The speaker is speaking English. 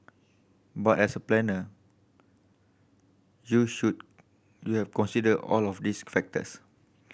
but as a planner you should you have consider all of these factors